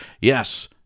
yes